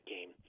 game